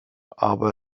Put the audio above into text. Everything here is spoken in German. aber